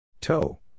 Toe